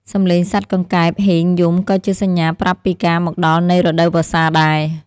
សំឡេងសត្វកង្កែបហ៊ីងយំក៏ជាសញ្ញាប្រាប់ពីការមកដល់នៃរដូវវស្សាដែរ។